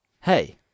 Hey